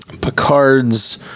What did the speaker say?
Picard's